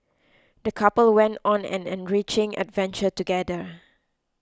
the couple went on an enriching adventure together